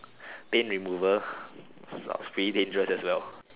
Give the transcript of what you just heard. paint remover sounds pretty dangerous as well